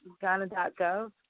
ghana.gov